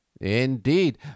Indeed